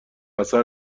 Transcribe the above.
اثر